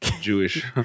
Jewish